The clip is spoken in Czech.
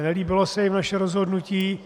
Nelíbilo se jim naše rozhodnutí.